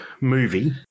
movie